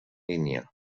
línia